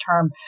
term